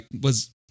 was-